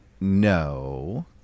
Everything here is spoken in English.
no